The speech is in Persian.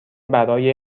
برای